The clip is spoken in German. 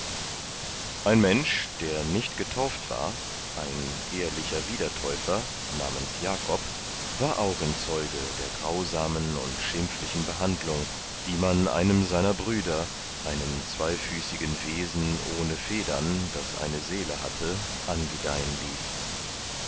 ein mensch der nicht getauft war ein ehrlicher wiedertäufer namens jakob war augenzeuge der grausamen und schimpflichen behandlung die man einem seiner brüder einem zweifüßigen wesen ohne federn das eine seele hatte angedeihen ließ